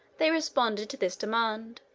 they responded to this demand.